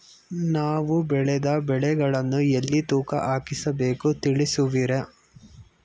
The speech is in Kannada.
ನಾವು ಬೆಳೆದ ಬೆಳೆಗಳನ್ನು ಎಲ್ಲಿ ತೂಕ ಹಾಕಿಸಬೇಕು ತಿಳಿಸುವಿರಾ?